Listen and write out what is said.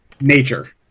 nature